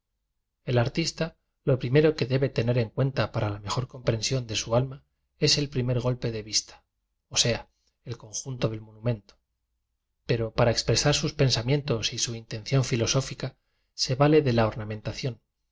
el artista lo primero que debe tener en cuenta para la mejor comprensión de su alma es el primer golpe de vista o sea el conjunto del monumento pero para expresar sus pensamientos y su intención filosófica se vale de la ornamen